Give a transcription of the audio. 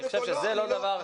אני חושב שזה לא אחראי.